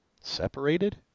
Separated